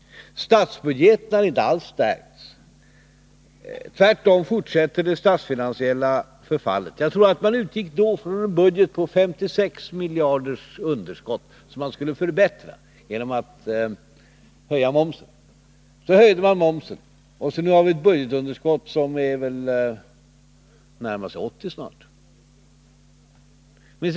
Statsbudgeten har inte alls stärkts. Tvärtom fortsätter det statsfinansiella förfallet. Jag tror att man då utgick från en budget med 56 miljarder i underskott. Detta skulle förbättras genom en höjning av momsen. Så höjde man momsen, och nu har vi ett budgetunderskott som snart närmar sig 80 miljarder.